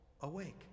awake